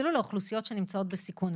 אפילו לאוכלוסיות שנמצאות בסיכון.